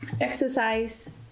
exercise